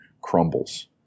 crumbles